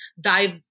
dive